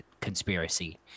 Conspiracy